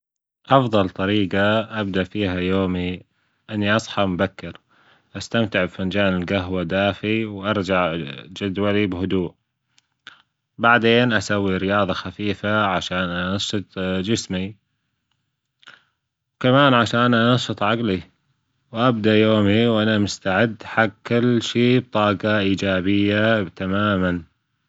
أفضل طريج ة أبدأ فيها يومي إني اصحى مبكر، أستمتع بفنجان الجهوة دافي وأرجع جدولي بهدوء، بعدين أسوي رياضة خفيفة عشان أنشط جسمي وكمان عشان أنشط عجلي وأبدأ يومي وأنا مستعد حج كل شي طاقة إيجابية تماما